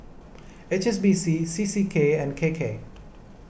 H S B C C C K and K K